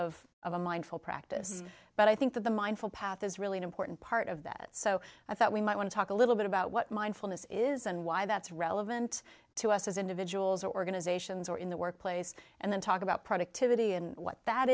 of of a mindful practice but i think that the mindful path is really an important part of that so i thought we might want to talk a little bit about what mindfulness is and why that's relevant to us as individuals or organizations or in the workplace and then talk about productivity and what that